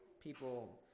people